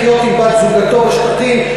לחיות עם בת-זוגו בשטחים,